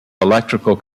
electrical